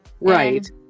Right